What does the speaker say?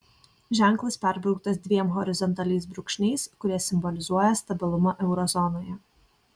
ženklas perbrauktas dviem horizontaliais brūkšniais kurie simbolizuoja stabilumą euro zonoje